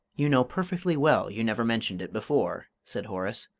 you know perfectly well you never mentioned it before, said horace,